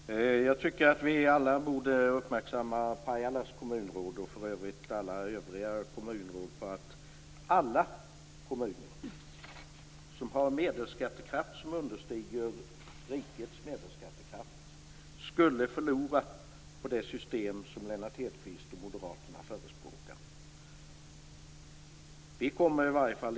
Fru talman! Jag tycker att vi alla borde uppmärksamma Pajalas kommunalråd - och för övrigt alla övriga kommunalråd - på att alla kommuner med en medelskattekraft som understiger rikets medelskattekraft skulle förlora på det system som Lennart Hedquist och Moderaterna förespråkar.